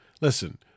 listen